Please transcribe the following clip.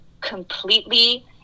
completely